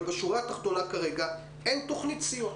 אבל בשורה התחתונה כרגע אין תוכנית סיוע,